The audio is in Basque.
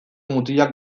mutilak